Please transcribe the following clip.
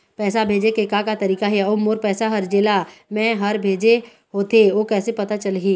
पैसा भेजे के का का तरीका हे अऊ मोर पैसा हर जेला मैं हर भेजे होथे ओ कैसे पता चलही?